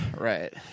Right